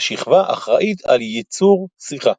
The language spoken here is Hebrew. השכבה אחראית על יצור שיחה.